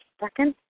second